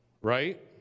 right